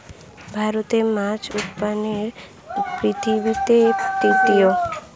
ভারত মাছ উৎপাদনে পৃথিবীতে তৃতীয়